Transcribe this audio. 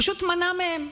פשוט מנעה מהם,